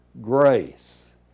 grace